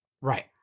Right